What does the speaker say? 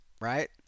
right